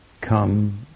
come